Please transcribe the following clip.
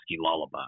lullaby